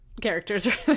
characters